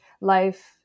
life